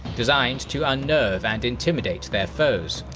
designed to unnerve and intimidate their foes.